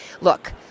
look